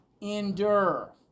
endure